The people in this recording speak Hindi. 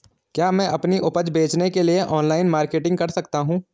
क्या मैं अपनी उपज बेचने के लिए ऑनलाइन मार्केटिंग कर सकता हूँ?